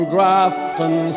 Grafton